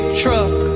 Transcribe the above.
truck